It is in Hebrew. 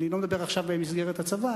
אני לא מדבר עכשיו במסגרת הצבא,